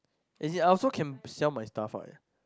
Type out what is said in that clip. as in I also can sell my stuff what